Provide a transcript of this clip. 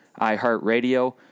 iHeartRadio